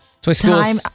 time